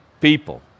people